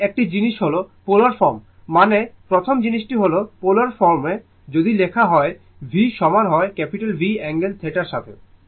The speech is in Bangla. সুতরাং একটি জিনিস হল পোলার ফর্ম মানে প্রথম জিনিসটি হল পোলার ফর্মে যদি লিখা হয় v সমান হয় V অ্যাঙ্গেল θ এর সাথে